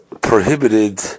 prohibited